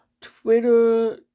Twitter